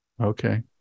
Okay